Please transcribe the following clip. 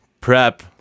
prep